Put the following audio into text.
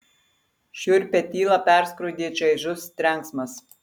šiurpią tylą perskrodė čaižus trenksmas